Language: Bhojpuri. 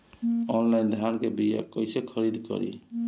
आनलाइन धान के बीया कइसे खरीद करी?